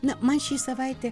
na man ši savaitė